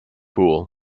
pool